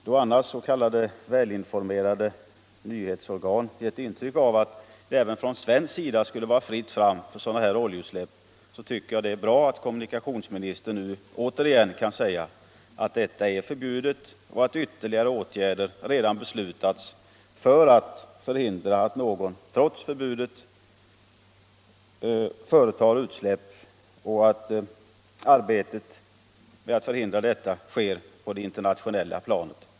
Då annars s.k. välinformerade nyhetsorgan gett intryck av att det även från svensk sida skulle vara fritt fram för sådana här oljeutsläpp tycker jag att det är bra att kommunikationsministern återigen kan säga att detta är förbjudet och att ytterligare åtgärder redan har beslutats för att förhindra att någon trots förbudet gör utsläpp samt att arbetet med att förhindra detta bedrivs på det internationella planet.